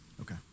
Okay